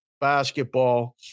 basketball